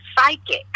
psychic